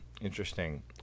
Interesting